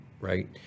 right